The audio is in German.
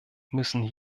müssen